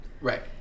Right